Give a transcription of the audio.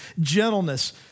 gentleness